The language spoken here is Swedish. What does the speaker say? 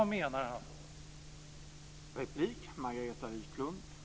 Vad menar han då?